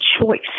choice